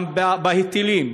גם בהיטלים,